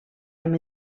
amb